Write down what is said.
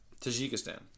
Tajikistan